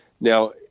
Now